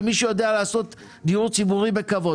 למי שיודע לעשות דיור ציבורי בכבוד.